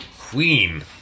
queen